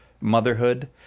motherhood